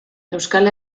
euskal